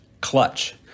Clutch